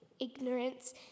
Ignorance